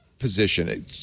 Position